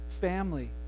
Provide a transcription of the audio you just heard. family